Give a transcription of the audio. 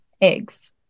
Eggs